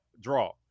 draw